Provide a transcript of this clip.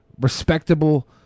respectable